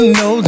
no